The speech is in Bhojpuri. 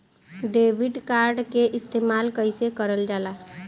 डेबिट कार्ड के इस्तेमाल कइसे करल जाला?